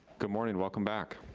good morning, welcome back.